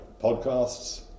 podcasts